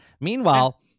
Meanwhile